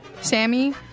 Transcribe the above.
Sammy